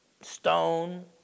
stone